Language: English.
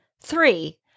Three